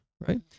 right